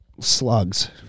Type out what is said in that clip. slugs